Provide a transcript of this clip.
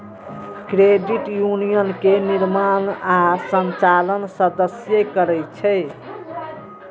credit union के निर्माण आ संचालन सदस्ये करै छै